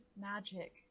Magic